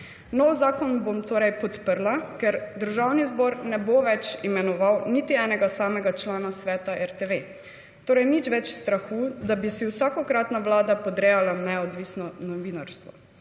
Novi zakon bom podprla, ker državni zbor ne bo več imenoval niti enega samega člana sveta RTV. Torej nič več strahu, da bi si vsakokratna vlada podrejala neodvisno novinarstvo.